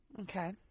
Okay